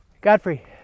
Godfrey